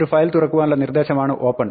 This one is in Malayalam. ഒരു ഫയൽ തുറക്കുവാനുള്ള നിർദ്ദേശമാണ് ഓപ്പൺ